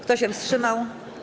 Kto się wstrzymał?